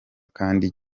kandi